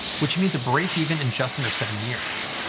which means a breakeven in just under seven years.